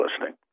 listening